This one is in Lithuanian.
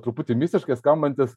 truputį mistiškai skambantis